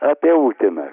apie uteną